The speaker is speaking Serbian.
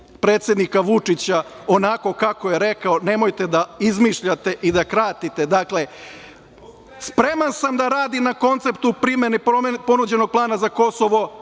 predsednika Vučića onako kako je rekao, nemojte da izmišljate i da kratite. Dakle - spreman sam da radim na konceptu ponuđenog plana za Kosovo,